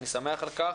אני שמח על כך.